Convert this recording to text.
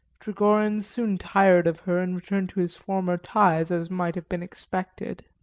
trigorin soon tired of her and returned to his former ties, as might have been expected.